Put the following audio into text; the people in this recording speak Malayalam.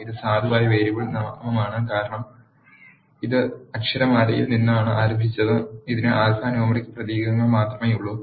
ഇത് സാധുവായ വേരിയബിൾ നാമമാണ് കാരണം ഇത് അക്ഷരമാലയിൽ നിന്നാണ് ആരംഭിച്ചത് ഇതിന് ആൽഫാന്യൂമെറിക് പ്രതീകങ്ങൾ മാത്രമേയുള്ളൂ